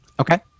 Okay